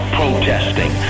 protesting